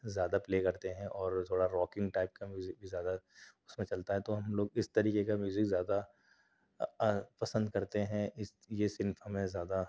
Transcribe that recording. زیادہ پلے کرتے ہیں اور تھوڑا راکنگ ٹائپ کا میوزک بھی زیادہ اس میں چلتا ہے تو ہم لوگ اس طریقے کا میوزک زیادہ پسند کرتے ہیں اس یہ صنف ہمیں زیادہ